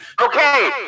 Okay